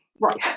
Right